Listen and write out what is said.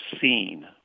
seen